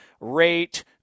rate